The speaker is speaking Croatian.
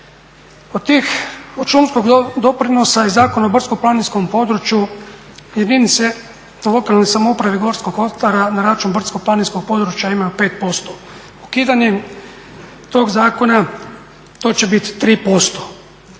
šumama. Od šumskog doprinosa je Zakon o brdsko-planinskom području jedinice lokalne samouprave Gorskog kotara na račun brdsko-planinskog područja imaju 5%. Ukidanjem tog zakona to će biti 3%.